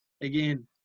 again